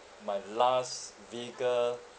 my last vehicle